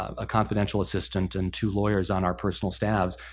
a confidential assistant and two lawyers on our personal staffs.